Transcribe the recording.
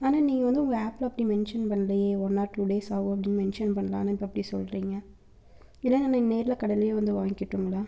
ஆனால் நீங்கள் வந்து உங்க ஆப்ல அப்படி மென்ஷன் பண்ணலையே ஒன் ஆர் டூ டேஸ் ஆகும் அப்படினு மென்ஷன் பண்ணல ஆனால் இப்போது அப்படி சொல்கிறிங்க இல்லைனா நான் நேர்ல கடையில வந்து வாங்கிக்கட்டுங்ளா